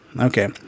Okay